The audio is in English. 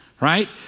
Right